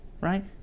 right